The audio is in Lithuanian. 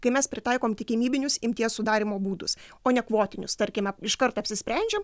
kai mes pritaikom tikimybinius imties sudarymo būdus o nekvotinius tarkime iškart apsisprendžiam